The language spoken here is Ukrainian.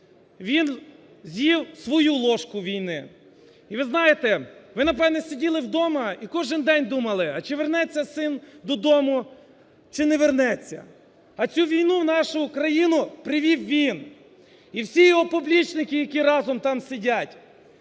він з'їв свою ложку війни і, ви знаєте, ви напевно сиділи вдома і кожен день думали, а чи вернеться син додому чи не вернеться? А цю війну в нашу Україну привів він і всі його поплічники, які разом там сидять.